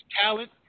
talent